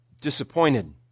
disappointed